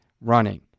running